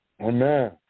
Amen